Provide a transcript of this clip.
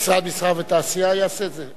משרד המסחר והתעשייה יעשה את זה?